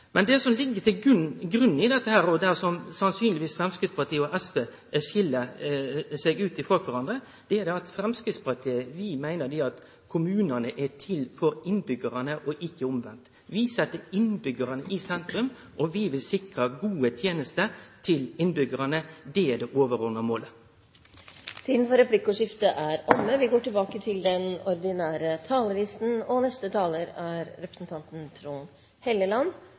Men det som ligg til grunn for dette – og der Framstegspartiet og SV sannsynligvis skil seg frå kvarandre – er at Framstegspartiet meiner at kommunane er til for innbyggjarane, og ikkje omvendt. Vi set innbyggjarane i sentrum, og vi vil sikre gode tenester til innbyggjarane. Det er det overordna målet. Replikkordskiftet er omme. Kommunene utgjør selve grunnmuren i lokaldemokratiet ved at kommunene utgjør fundamentet for folkestyret og